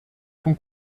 cun